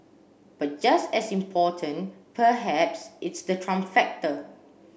but just as important perhaps is the Trump factor